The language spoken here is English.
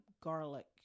garlic